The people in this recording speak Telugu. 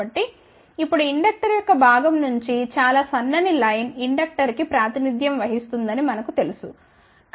కాబట్టి ఇప్పుడు ఇండక్టర్ యొక్క భాగం నుంచి చాలా సన్నని లైన్ ఇండక్టర్ కి ప్రాతినిధ్యం వహిస్తుందని మనకు తెలుస్తుంది